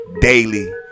Daily